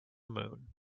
moon